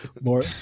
more